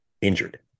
injured